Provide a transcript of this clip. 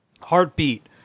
Heartbeat